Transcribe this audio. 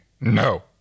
No